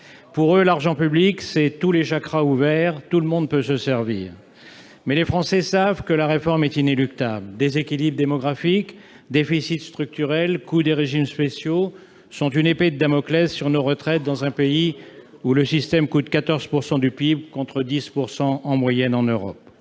Pour eux, l'argent public, c'est tous les chakras ouverts : tout le monde peut se servir. Pourtant, les Français savent que la réforme est inéluctable. Déséquilibre démographique, déficit structurel, coût des régimes spéciaux sont une épée de Damoclès au-dessus de nos retraites dans un pays où le système coûte 14 % du PIB contre 10 % en moyenne en Europe.